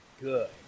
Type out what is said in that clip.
good